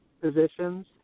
positions